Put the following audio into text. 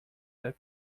that